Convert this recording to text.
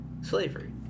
slavery